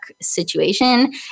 situation